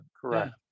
correct